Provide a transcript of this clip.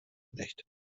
nicht